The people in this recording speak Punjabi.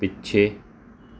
ਪਿੱਛੇ